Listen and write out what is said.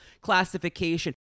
classification